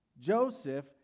Joseph